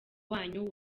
wanyu